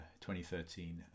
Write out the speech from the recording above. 2013